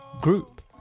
group